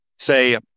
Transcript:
Say